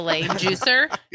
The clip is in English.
juicer